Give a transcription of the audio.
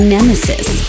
Nemesis